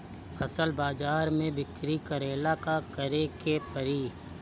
फसल बाजार मे बिक्री करेला का करेके परी?